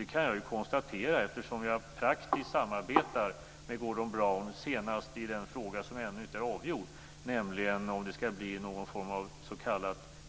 Det kan jag konstatera, eftersom jag praktiskt samarbetar med Gordon Brown - senast i den fråga som ännu inte är avgjord, nämligen om det skall bli någon form av ett s.k.